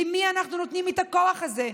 למי אנחנו נותנים את הכוח הזה?